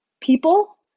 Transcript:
people